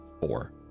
four